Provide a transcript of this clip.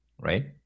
right